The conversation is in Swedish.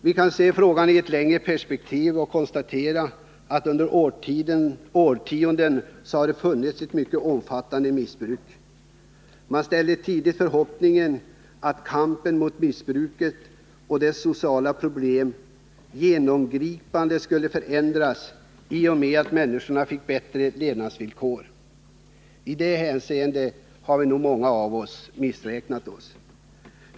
Vi kan se frågan i ett längre tidsperspektiv och konstatera att det under årtionden har funnits ett mycket omfattande missbruk. Man ställde tidigt förhoppningen att kampen mot missbruket och dess sociala problem genomgripande skulle förändras i och med att människorna fick bättre levnadsvillkor. I det hänseendet har nog många av oss gjort en missräkning.